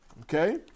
okay